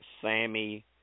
Sammy